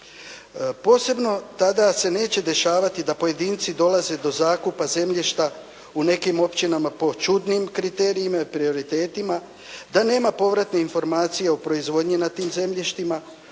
Posebno tada se neće dešavati da pojedinci dolaze do zakupa zemljišta u nekim općinama po čudnim kriterijima i prioritetima, da nema povratne informacije o proizvodnji na tim zemljištima.